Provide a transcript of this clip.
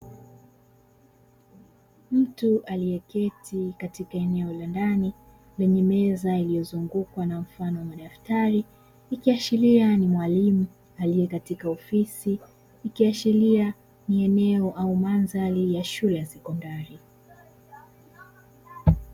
Mtu aliyeketi katika eneo la ndani lenye meza iliyozungukwa na mfano wa madftari ikiashiria ni mwalimu aliye katika ofisi ikiashiria ni eneo au mandhari ya shule ya sekondari.